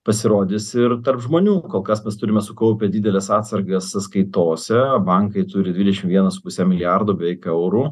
pasirodys ir tarp žmonių kol kas mes turime sukaupę dideles atsargas sąskaitose bankai turi dvidešim vieną su puse milijardo beveik eurų